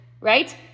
right